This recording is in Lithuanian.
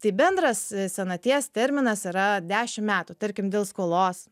tai bendras senaties terminas yra dešim metų tarkim dėl skolos